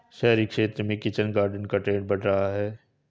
शहरी क्षेत्र में किचन गार्डन का ट्रेंड बढ़ रहा है